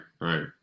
right